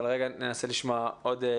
נעצור רגע